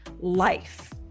life